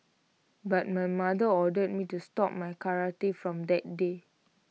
but my mother ordered me to stop my karate from that day